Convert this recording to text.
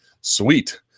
sweet